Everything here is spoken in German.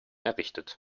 errichtet